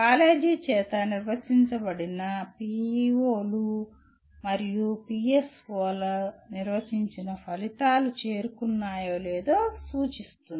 college చేత నిర్వచించబడిన పిఒలు మరియు పిఎస్ఓలు నిర్వచించిన ఫలితాలు చేరుకున్నాయో లేదో సూచిస్తుంది